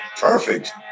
perfect